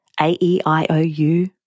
A-E-I-O-U